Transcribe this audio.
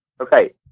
Okay